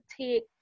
take